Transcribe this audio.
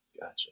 Gotcha